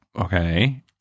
Okay